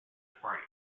party